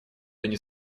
они